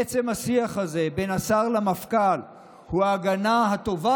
עצם השיח הזה בין השר למפכ"ל הוא ההגנה הטובה